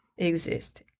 exist